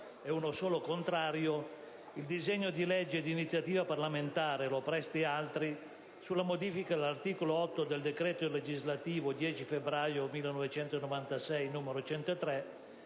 e uno solo contrario, il disegno di legge di iniziativa parlamentare Lo Presti e altri sulla modifica all'articolo 8 del decreto legislativo 10 febbraio 1996, n. 103,